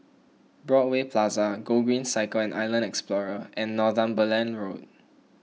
Broadway Plaza Gogreen Cycle and Island Explorer and Northumberland Road